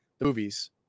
movies